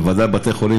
בוודאי בבתי-חולים